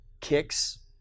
kicks